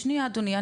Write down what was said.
שנייה אדוני,